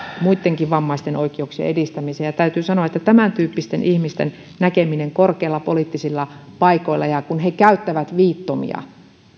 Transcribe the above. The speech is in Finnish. muitten vammaisten oikeuksien edistämisen täytyy sanoa että tämäntyyppisten ihmisten näkeminen korkeilla poliittisilla paikoilla kun he käyttävät viittomia